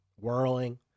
whirling